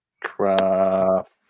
craft